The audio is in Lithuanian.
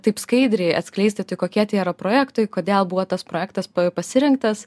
taip skaidriai atskleisti tai kokie tie yra projektai kodėl buvo tas projektas pasirinktas